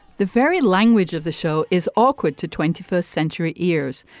the very language of the show is awkward to twenty first century ears.